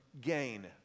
gain